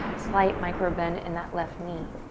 slight micro bend in that left knee.